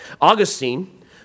Augustine